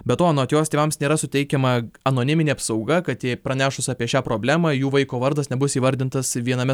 be to anot jos tėvams nėra suteikiama anoniminė apsauga kad jei pranešus apie šią problemą jų vaiko vardas nebus įvardintas viename